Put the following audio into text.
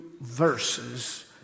verses